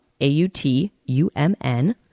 A-U-T-U-M-N